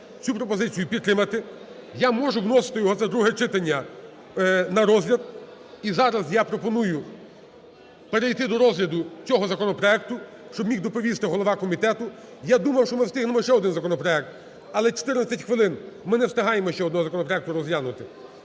цю пропозицію підтримати, я можу вносити його за друге читання на розгляд. І зараз я пропоную перейти до розгляду цього законопроекту, щоб міг доповісти голова комітету. Я думав, що ми встигнемо ще один законопроект, але 14 хвилин, ми не встигаємо ще одного законопроекту розглянути